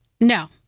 No